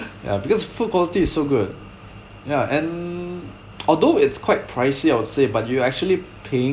ya because food quality is so good ya and although it's quite pricey I would say but you actually paying